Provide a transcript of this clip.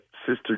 Sister